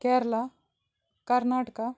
Kerala Karnataka